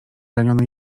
raniony